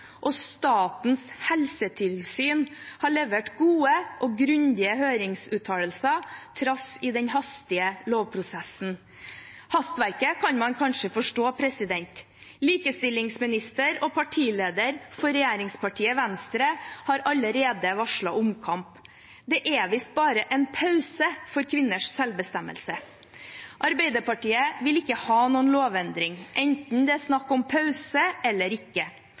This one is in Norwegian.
og Statens helsetilsyn har levert gode og grundige høringsuttalelser trass i den hastige lovprosessen. Hastverket kan man kanskje forstå, likestillingsminister og partileder for regjeringspartiet Venstre har allerede varslet omkamp. Det er visst bare en pause for kvinners selvbestemmelse. Arbeiderpartiet vil ikke ha noen lovendring, enten det er snakk om pause eller ikke.